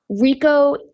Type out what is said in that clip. RICO